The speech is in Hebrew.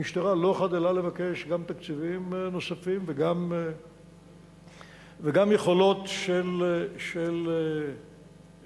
המשטרה לא חדלה לבקש גם תקציבים נוספים וגם יכולות של כוח-אדם,